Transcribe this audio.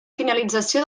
finalització